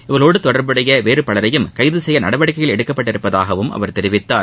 இவர்களோடு தொடர்புடைய வேறு பலரையும் கைது செய்ய நடவடிக்கைகள் எடுக்கப்பட்டுள்ளதாகவும் அவர் தெரிவித்தார்